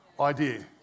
idea